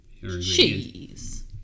cheese